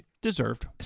Deserved